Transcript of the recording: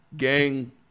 Gang